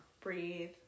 Breathe